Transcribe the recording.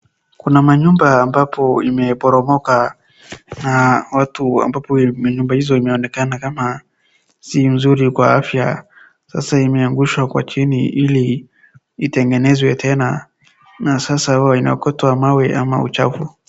Kuna manyumba ambapo imeporomoka, na watu ambapo manyumba hizo imeonekana kama si mzuri kwa afya, sasa imeangushwa kwa chini ili itengenezwe tena, na sasa hua inaokotwa mawe ama uchafu.